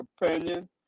opinion